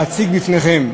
להציג בפניכם,